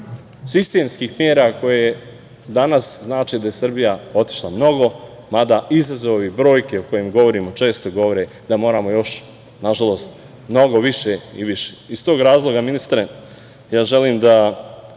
sistemskih mera koje danas znače da je Srbija otišla mnogo, mada izazovi, brojke o kojima govorimo često, govore da moramo još, nažalost, mnogo više i više. Iz tog razloga ministre, želim da